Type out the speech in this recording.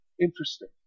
interesting